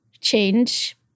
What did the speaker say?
change